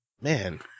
Man